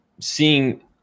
seeing